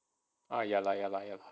ah ya lah ya lah ya lah